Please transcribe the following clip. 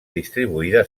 distribuïda